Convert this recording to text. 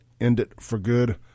EndItForGood